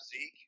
Zeke